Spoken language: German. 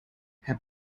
herr